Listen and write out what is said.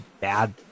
bad